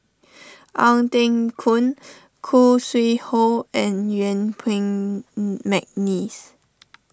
Ong Teng Koon Khoo Sui Hoe and Yuen Peng McNeice